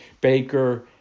Baker